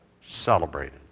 celebrated